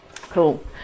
Cool